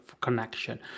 connection